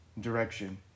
direction